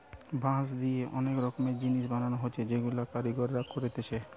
বাঁশ দিয়ে অনেক রকমের জিনিস বানানা হচ্ছে যেগুলা কারিগররা কোরছে